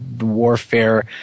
warfare